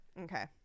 okay